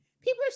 People